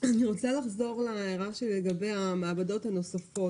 אני רוצה לחזור להערה שלגבי המעבדות הנוספות.